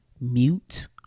mute